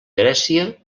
grècia